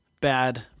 bad